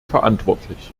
verantwortlich